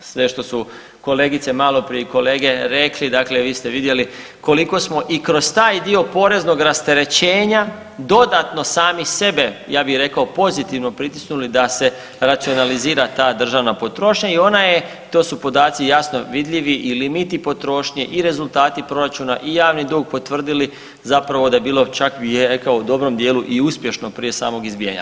Sve što su kolegice maloprije i kolege rekli dakle vi ste vidjeli koliko smo i kroz taj dio poreznog rasterećenja dodatno sami sebe pozitivno pritisnuli da se racionalizira ta državna potrošnja i ona je, to su podaci jasno vidljivi i limiti potrošnje i rezultati proračuna i javni dug potvrdili da je bilo čak bi rekao u dobrom dijelu i uspješno prije samog izbijanja.